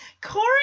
Corey